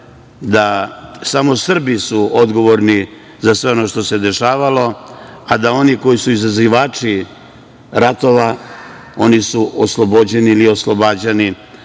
su samo Srbi odgovorni za sve ono što se dešavalo, a da oni koji su izazivači ratova, oni su oslobođeni ili oslobađani,